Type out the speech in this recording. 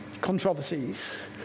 controversies